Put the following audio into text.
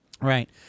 Right